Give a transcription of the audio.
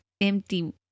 empty